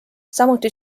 samuti